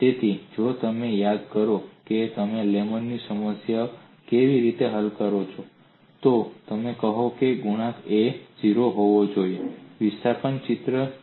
તેથી જો તમે યાદ કરો કે તમે લેમેનું Lamė's સમસ્યા કેવી રીતે હલ કરી છે તો તમે કહો કે ગુણાંક A 0 હોવો જોઈએ વિસ્થાપન ચિત્ર જોઈને